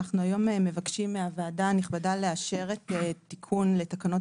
אנחנו מבקשים מהוועדה הנכבדה לאשר את התיקון לתקנות